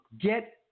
get